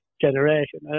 generation